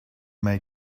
may